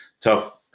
tough